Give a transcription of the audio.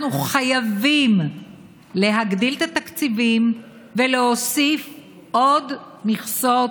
אנחנו חייבים להגדיל את התקציבים ולהוסיף עוד מכסות